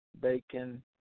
Bacon